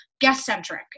guest-centric